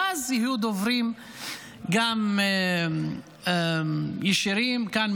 ואז יהיו גם דוברים ישירים כאן,